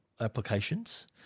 applications